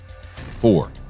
four